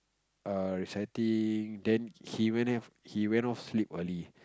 err reciting then he went if he went off sleep early